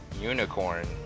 Unicorn